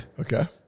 Okay